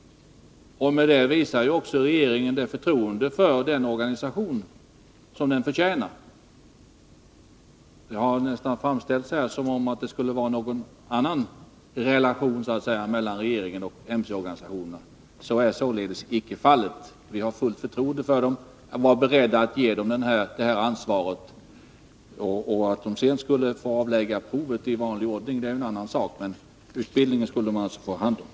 Med detta visar regeringen det förtroende för organisationerna som de förtjänar. Man har här framställt det som om det skulle vara någon annan relation mellan regeringen och motorcykelorganisationerna. Så är inte fallet. Vi har fullt förtroende för organisationerna, och vi är beredda att ge dem det här ansvaret. Men utbildningen skall de alltså få ta hand om.